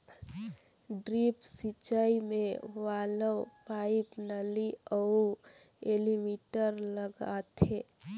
drip सिंचई मे valve, pipe, नली अउ एलीमिटर लगाथें